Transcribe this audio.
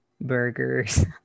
burgers